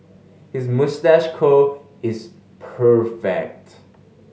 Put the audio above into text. his moustache curl is perfect